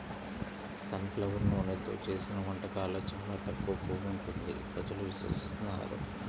sun flower నూనెతో చేసిన వంటకాల్లో చాలా తక్కువ కొవ్వు ఉంటుంది ప్రజలు విశ్వసిస్తున్నారు